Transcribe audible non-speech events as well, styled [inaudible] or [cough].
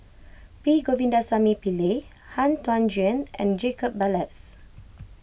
P Govindasamy Pillai Han Tan Juan and Jacob Ballas [noise]